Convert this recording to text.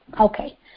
Okay